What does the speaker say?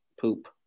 poop